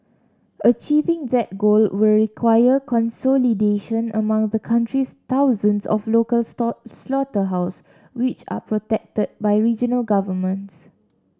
achieving that goal will require consolidation among the country's thousands of local slaughterhouse which are protected by regional governments